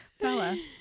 Bella